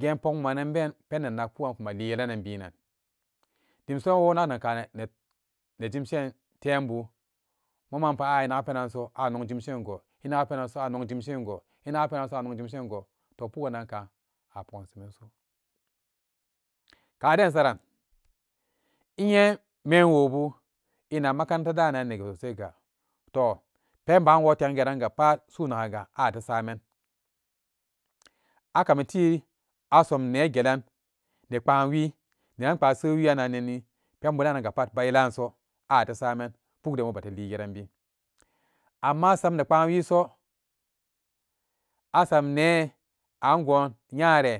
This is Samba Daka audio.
gen pokmananben pendennak pugan kumali yelanan binan dim sonanakka nejmshen tembu momapa a'a enaga penanso anong jimshingo enuga penanso anong jimshingo, enaga penanso anong jimshingo toh pugan anaganka a pogan semanso kaden insaran innye mewwobu inak makaranta daanani sosaiga toh penba woo tengeranga pat su'una'iga ate saman akamitii asom ne gelan ne pbaan wii neran pbaa see weeyannanni penbudanangapat bu yelanso ate saman pukden bate ligeran bin amma asam ne bpaan wii so asam nee angon nyare